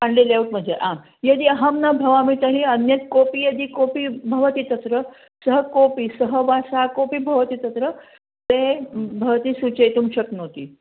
पाण्डे लेऔट्मध्ये हा यदि अहं न भवामि तर्हि अन्यत् कोपि यदि कोपि भवति तत्र सः कोपि सः वा सा कोपि भवति तत्र ते भवती सूचयितुं शक्नोति